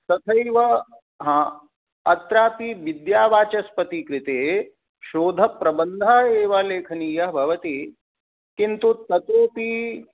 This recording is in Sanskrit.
तथैव हा अत्रापि विद्यावाचस्पतिकृते शोधप्रबन्धः एव लेखनीयः भवति किन्तु ततोऽपि